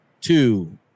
two